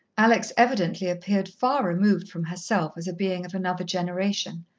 alex evidently appeared far removed from herself as a being of another generation,